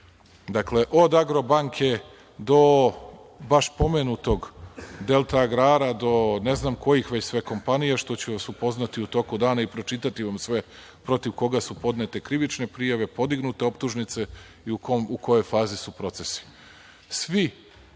Dakle, od Agrobanke do baš pomenutog Delta agrara, do ne znam kojih sve kompanija, što ću vas upoznati u toku dana i pročitati vam sve protiv koga su podnete krivične prijave, podignute optužnice i u kojoj fazi su procesi.